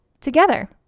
together